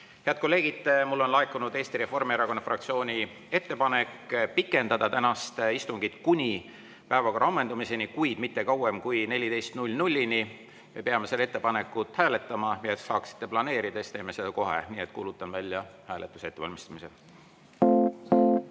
Head kolleegid, mulle on laekunud Eesti Reformierakonna fraktsiooni ettepanek pikendada tänast istungit kuni päevakorra ammendumiseni, kuid mitte kauem kui kella 14‑ni. Me peame seda ettepanekut hääletama. Et te saaksite planeerida, teeme seda kohe, nii et kuulutan välja hääletamise ettevalmistamise.